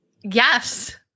Yes